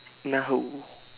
na hu